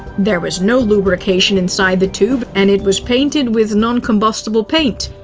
there was no lubrication inside the tube, and it was painted with non-combustible paint.